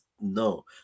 No